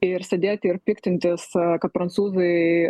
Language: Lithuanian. ir sėdėti ir piktintis kad prancūzai